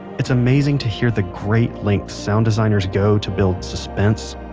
it's amazing to hear the great length sound designer's go to build suspense,